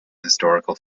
historical